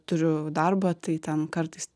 turiu darbą tai ten kartais